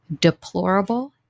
deplorable